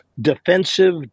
defensive